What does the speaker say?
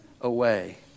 away